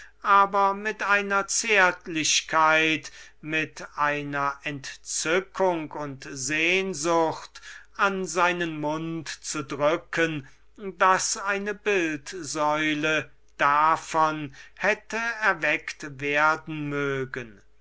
aber mit einer zärtlichkeit mit einer entzückung und sehnsucht an seinen mund zu drücken daß eine bildsäule davon hätte erweckt werden mögen